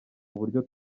uburyo